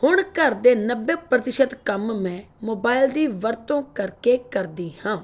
ਹੁਣ ਘਰ ਦੇ ਨੱਬੇ ਪ੍ਰਤੀਸ਼ਤ ਕੰਮ ਮੈਂ ਮੋਬਾਇਲ ਦੀ ਵਰਤੋਂ ਕਰਕੇ ਕਰਦੀ ਹਾਂ